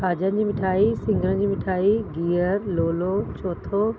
खाजनि जी मिठाई सिङरनि जी मिठाई गिहर लोलो चौथो